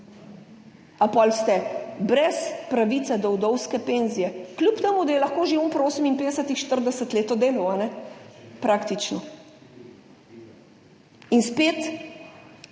A pol ste brez pravice do vdovske penzije kljub temu, da je lahko že on 58, 40 let delal praktično? In spet